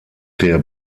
der